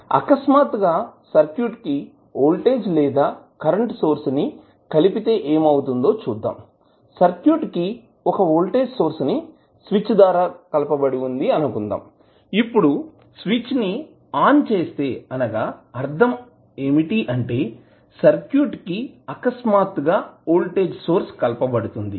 అకస్మాత్తుగా సర్క్యూట్ కి వోల్టేజ్ లేదా కరెంటు సోర్స్ ని కలిపితే ఏమి అవుతుందో చూద్దాం సర్క్యూట్ కి ఒక వోల్టేజ్ సోర్స్ ని స్విచ్ ద్వారా కలపబడి ఉంది అని అనుకుందాం ఇప్పుడు స్విచ్ ఆన్ చేస్తే అనగా అర్థం ఏమిటి అంటే సర్క్యూట్ కి అకస్మాత్తుగా వోల్టేజ్ సోర్స్ కలపబడుతుంది